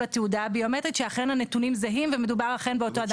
התעודה הביומטרית שאכן הנתונים זהים ומדובר אכן באותו אדם.